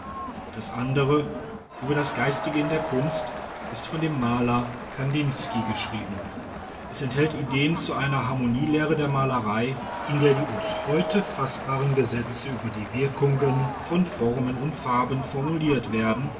das andere über das geistige in der kunst ist von dem maler w kandinsky geschrieben es enthält ideen zu einer harmonielehre der malerei in der die uns heute faßbaren gesetze über die wirkungen von formen und farben formuliert werden